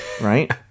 right